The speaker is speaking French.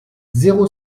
zéro